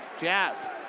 Jazz